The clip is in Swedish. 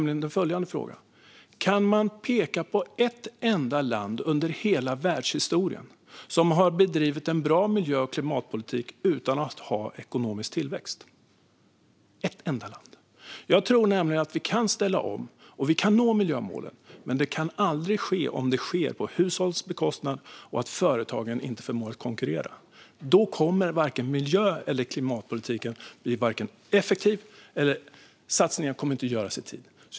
Kan man peka på ett enda land under hela världshistorien som har bedrivit en bra miljö och klimatpolitik utan att ha ekonomisk tillväxt - ett enda land? Jag tror nämligen att vi kan ställa om och nå miljömålen, men det kan aldrig ske om det sker på hushållens bekostnad och om företagen inte förmår att konkurrera. Då kommer varken miljö eller klimatpolitiken att bli effektiv eller satsningar göras i tid.